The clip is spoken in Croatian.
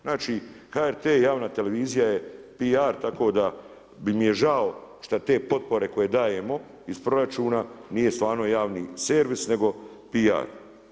Znači, HRT javna televizija je PR, tako da mi je žao šta te potpore koje dajemo iz proračuna nije stvarno javni servis nego PR.